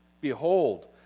Behold